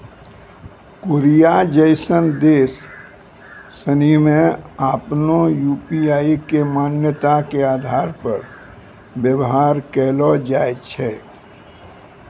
Korea जैसन देश सनि मे आपनो यू.पी.आई के मान्यता के आधार पर व्यवहार कैलो जाय छै